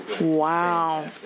Wow